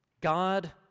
God